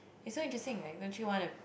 it's so interesting right don't you wanna